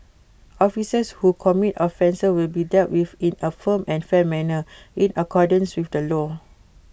officers who commit offences will be dealt with in A firm and fair manner in accordance with the law